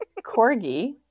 corgi